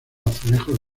azulejos